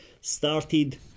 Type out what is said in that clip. started